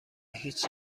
هیچ